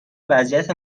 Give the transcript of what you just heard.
وضعیت